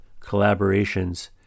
collaborations